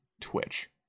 twitch